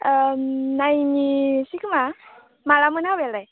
औ नायनोसैखोमा मालामोन हाबायालाय